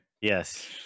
Yes